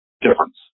difference